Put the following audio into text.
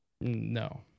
No